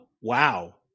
Wow